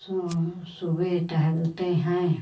सु सुबह टहलते हैं